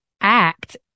act